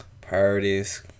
Priorities